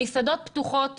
המסעדות פתוחות